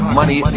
money